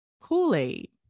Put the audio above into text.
Kool-Aid